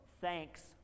thanks